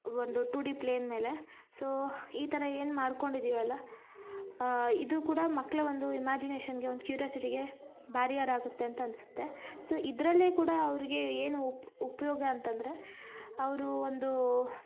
ಒಂದು two D plane ಮೇಲೆ so ಈ ಥರ ಏನು ಮಾಡ್ಕೊಂಡಿದೀವಲ್ಲ ಇದು ಕೂಡ ಮಕ್ಕಳ ಒಂದು ಇಮ್ಯಾಜಿನೇಶನ್ಗೆ ಒಂದು ಕ್ಯೂರ್ಯಾಸಿಟಿಗೆ ಬ್ಯಾರಿಯರ್ ಆಗುತ್ತೆ ಅಂತ ಅನ್ಸುತ್ತೆ ಸೊ ಇದರಲ್ಲೆ ಕೂಡ ಅವ್ರ್ಗೆ ಏನು ಉಪ್ ಉಪಯೋಗ ಅಂತಂದರೆ ಅವರು ಒಂದು